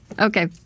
Okay